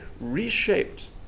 reshaped